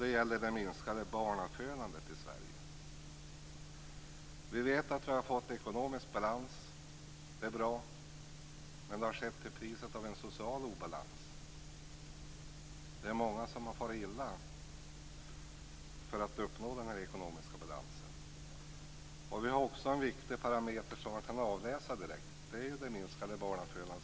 Det gäller det minskade barnafödandet i Sverige. Vi vet att vi har fått ekonomisk balans. Det är bra. Men det har skett till priset av en social obalans. Det är många som har farit illa för att uppnå den här ekonomiska balansen. En viktig parameter som man också kan avläsa direkt är ju det minskade barnafödandet.